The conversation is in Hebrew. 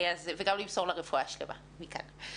וגם למסור לה רפואה שלמה מכאן.